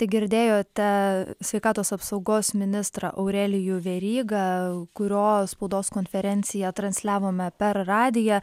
tai girdėjote sveikatos apsaugos ministrą aurelijų verygą kurio spaudos konferenciją transliavome per radiją